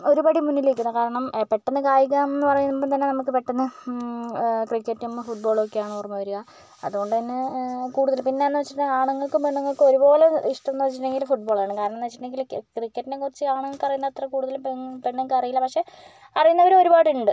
ഒരുപടി മുന്നിൽ നിൽക്കുന്നത് കാരണം പെട്ടെന്ന് കായികം എന്ന് പറയുമ്പം തന്നെ നമുക്ക് പെട്ടെന്ന് ക്രിക്കറ്റും ഫുട് ബോളും ഒക്കെയാണ് ഓർമ്മ വരിക അതുകൊണ്ട് തന്നെ കൂടുതൽ പിന്നെ എന്ന് വെച്ചിട്ടുണ്ടെങ്കിൽ ആണുങ്ങൾക്കും പെണ്ണുങ്ങൾക്കും ഒരുപോലെ ഇഷ്ടം എന്ന് വെച്ചിട്ടുണ്ടെങ്കിൽ ഫുട് ബോൾ ആണ് കാരണം എന്ന് വെച്ചിട്ടുണ്ടെങ്കിൽ ക്രിക്കറ്റിനെ കുറിച്ച് ആണുങ്ങൾക്ക് അറിയുന്ന അത്ര കൂടുതൽ പെൺ പെണ്ണുങ്ങൾക്ക് അറിയില്ല പക്ഷേ അറിയുന്നവർ ഒരുപാട് ഉണ്ട്